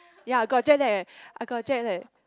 ya I got jet lag leh I got jet lag